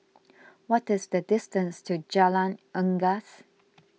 what is the distance to Jalan Unggas